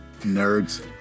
Nerds